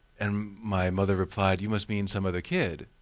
and my mother replied, you must mean some other kid.